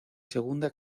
segunda